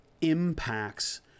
impacts